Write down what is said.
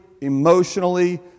emotionally